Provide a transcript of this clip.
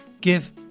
give